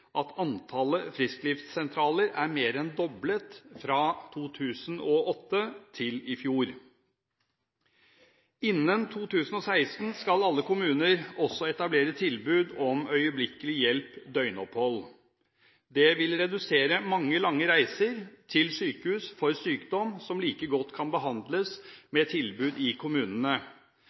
at antallet frisklivssentraler er mer enn doblet fra 2008 til i fjor. Innen 2016 skal alle kommuner etablere tilbud om øyeblikkelig hjelp døgnopphold. Det vil redusere antallet lange reiser til sykehus for sykdom som like godt kan behandles med tilbud i kommunene.